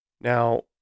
Now